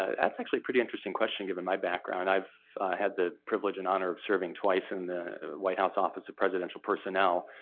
ah that's actually a pretty interesting question given my background, and i've had the privilege and honor of serving twice in the white house office of presidential personnel,